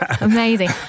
Amazing